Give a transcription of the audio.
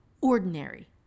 ordinary